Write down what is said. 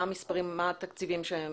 מה התקציבים המיועדים?